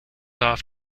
off